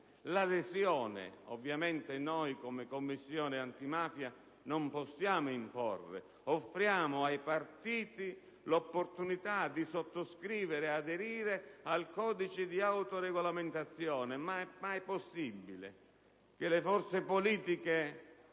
adesione. Ovviamente, noi come Commissione antimafia non possiamo imporre: offriamo ai partiti l'opportunità di sottoscrivere e aderire al codice di autoregolamentazione. Ma è mai possibile che le forze politiche